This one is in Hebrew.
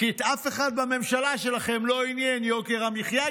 כי את אף אחד בממשלה שלכם לא עניין יוקר המחיה,